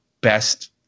best